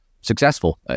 successful